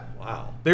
Wow